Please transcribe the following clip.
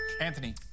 Anthony